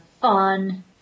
fun